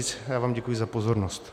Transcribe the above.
Já vám děkuji za pozornost.